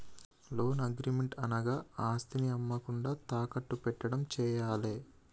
loan agreement అనగా ఆస్తిని అమ్మకుండా తాకట్టు పెట్టడం చేయాలే